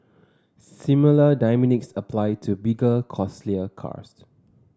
similar dynamics apply to bigger costlier cars